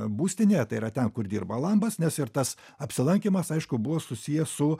būstinėje tai yra ten kur dirba lambas nes ir tas apsilankymas aišku buvo susijęs su